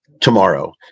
tomorrow